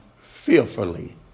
fearfully